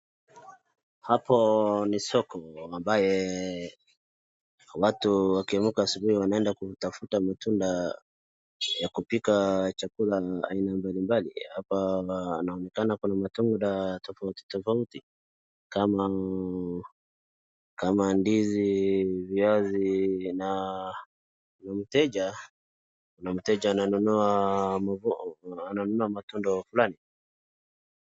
Hapo ni soko ambaye watu wakiamka asubuhi wanaenda kutafuta matunda ya kupika chakula aina mbalimbali hapa na inaonekana kuna matunda tofautitofauti kama ndizi, viazi na mteja ananunua matunda fulani.